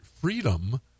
freedom